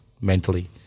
mentally